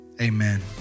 amen